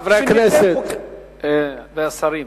חברי הכנסת והשרים,